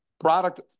product